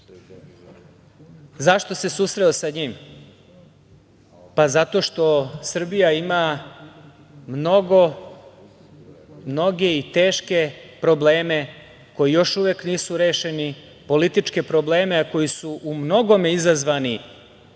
Zašto se susreo sa njim? Pa, zato što Srbija ima mnoge i teške probleme koji još uvek nisu rešeni, političke probleme koji su u mnogome izazvani